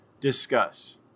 Discuss